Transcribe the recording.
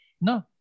No